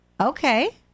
Okay